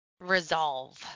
resolve